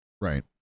Right